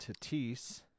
Tatis